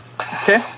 okay